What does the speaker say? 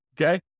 Okay